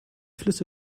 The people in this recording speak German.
flüsse